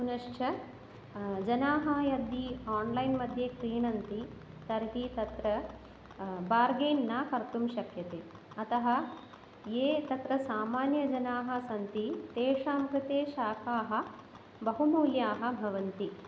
पुनश्च जनाः यदि आन्लैन्मध्ये क्रीणन्ति तर्हि तत्र बार्गैन् न कर्तुं शक्यते अतः ये तत्र सामान्यजनाः सन्ति तेषां कृते शाकाः बहु मूल्याः भवन्ति